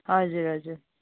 हजुर हजुर